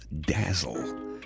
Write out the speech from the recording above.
dazzle